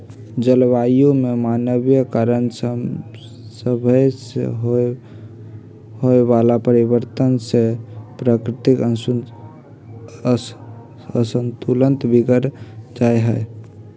जलवायु में मानवीय कारण सभसे होए वला परिवर्तन से प्राकृतिक असंतुलन बिगर जाइ छइ